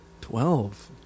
Twelve